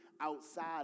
outside